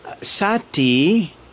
Sati